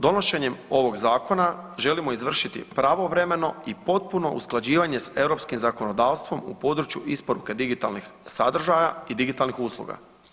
Donošenjem ovog zakona želimo izvršiti pravovremeno i potpuno usklađivanje s europskim zakonodavstvom u području isporuke digitalnih sadržaja i digitalnih usluga.